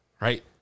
right